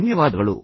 ಧನ್ಯವಾದಗಳು